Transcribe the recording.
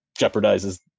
jeopardizes